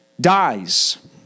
dies